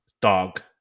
dog